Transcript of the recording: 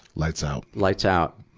lights out. lights out.